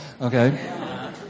okay